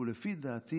לפי דעתי